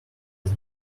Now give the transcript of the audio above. his